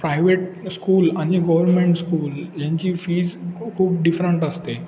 private school आणि government school यांची fees ख खूप डिफरंट असते